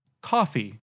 coffee